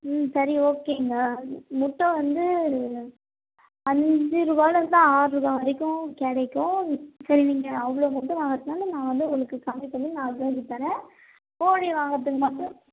ம் சரி ஓகேங்க முட்டை வந்து அஞ்சு ரூபாலேருந்து ஆறுபா வரைக்கும் கிடைக்கும் சரி நீங்கள் அவ்வளோ முட்டை வாங்கிறதுனால நான் வந்து உங்களுக்கு கம்மி பண்ணி நாலு ருபாய்க்கு தரேன் கோழி வாங்கிறத்துக்கு மட்டும்